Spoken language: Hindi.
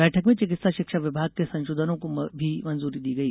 बैठक में चिकित्सा शिक्षा विभाग के संशोधनों को भी मंजूरी दी गई